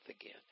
again